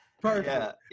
Perfect